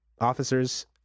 officers